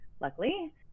luckily